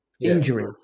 injury